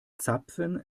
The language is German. zapfen